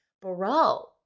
bro